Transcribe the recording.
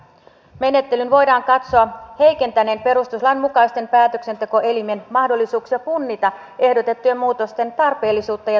menettelyn voidaan katsoa heikentäneen perustuslain mukaisen päätöksentekoelimen mahdollisuuksia punnita ehdotettujen muutosten tarpeellisuutta ja tarkoituksenmukaisuutta